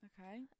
Okay